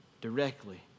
directly